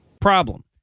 Problem